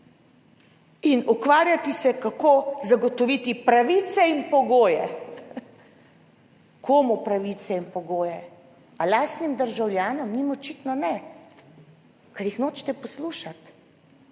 in ukvarjati se, kako zagotoviti pravice in pogoje. Komu pravice in pogoje lastnim državljanom? njim očitno ne, ker jih nočete poslušati,